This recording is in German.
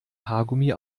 haargummi